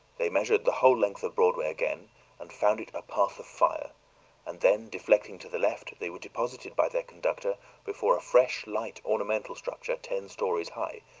they measured the whole length of broadway again and found it a path of fire and then, deflecting to the left, they were deposited by their conductor before a fresh, light, ornamental structure, ten stories high,